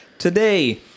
Today